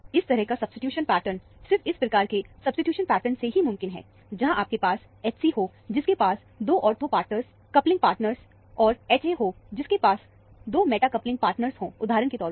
इस तरह का सब्सीट्यूशन पैटर्न सिर्फ इस प्रकार के सब्सीट्यूशन पैटर्न से ही मुमकिन है जहां आपके पास Hc हो जिसके पास दो ऑर्थो पार्टनर कपलिंग पार्टनर और Ha हो जिसके पास 2 मेटा कपलिंग पार्टनर हो उदाहरण के तौर पर